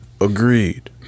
Agreed